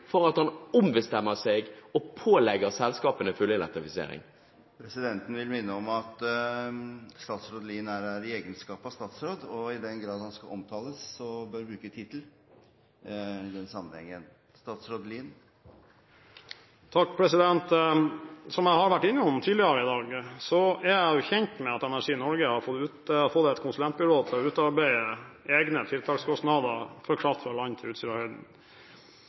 for at han ombestemmer seg og pålegger selskapene fullelektrifisering? Presidenten vil minne om at statsråd Lien er her i egenskap av statsråd, og i den grad han skal omtales, bør man bruke tittel i den sammenhengen. Som jeg har vært innom tidligere i dag, er jeg kjent med at Energi Norge har fått et konsulentbyrå til å utarbeide egne tiltakskostnader for kraft fra land til Utsirahøyden.